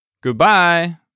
Goodbye